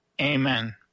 Amen